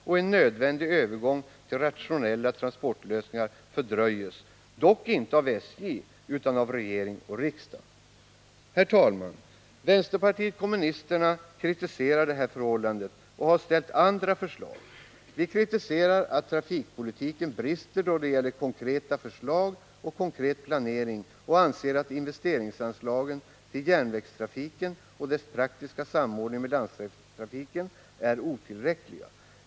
och en nödvändig övergång till rationella transportlösningar fördröjs — dock inte av SJ, utan av regering och riksdag. Herr talman! Vänsterpartiet kommunisterna kritiserar detta förhållande och har framfört andra förslag. Vi kritiserar att trafikpolitiken brister då det gäller konkreta förslag och konkret planering och anser att investeringsanslagen till järnvägstrafiken och dess praktiska samordning med landsvägstrafiken är otillräckliga.